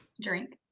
drink